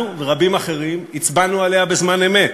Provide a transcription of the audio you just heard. אנחנו ורבים אחרים הצבענו עליה בזמן אמת.